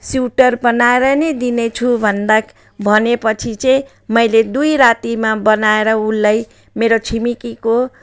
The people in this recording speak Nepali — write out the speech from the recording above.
स्वेटर बनाएर नै दिनेछु भन्दा भनेपछि चाहिँ मैले दुई रातिमा बनाएर उसलाई मेरो छिमेकीको